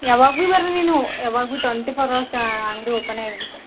ಯಾವಾಗ್ರೀ ಬರ್ರಿ ನೀವು ಯಾವಾಗಲು ಟ್ವೆಂಟಿ ಫೋರ್ ಅವರ್ಸಾ ಅಂಗಡಿ ಓಪನೇ ಇರ್ತಾದೆ